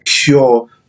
cure